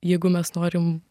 jeigu mes norim